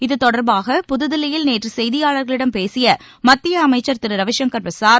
இதுதொடர்பாக புதுதில்லியில் நேற்று செய்தியாளர்களிடம் பேசிய மத்திய அமைச்சர் திரு ரவிசங்கர் பிரசாத்